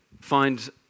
find